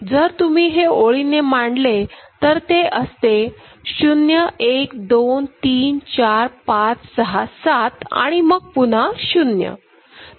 जर तुम्ही हे ओळीने मांडले तर ते असते 01234567आणि मग पुन्हा 0